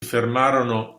fermarono